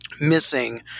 missing